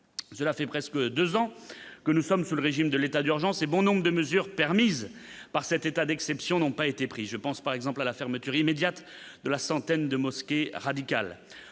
cela fait presque 2 ans que nous sommes sous le régime de l'état d'urgence, et bon nombre de mesures permises par cet état d'exception n'ont pas été pris, je pense par exemple à la fermeture immédiate de la centaine de mosquées radicales